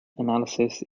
analysis